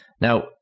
Now